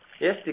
Yes